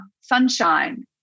sunshine